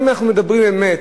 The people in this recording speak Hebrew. אם אנחנו מדברים אמת,